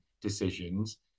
decisions